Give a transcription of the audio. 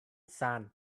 sand